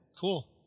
Cool